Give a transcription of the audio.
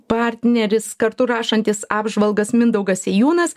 partneris kartu rašantis apžvalgas mindaugas sėjūnas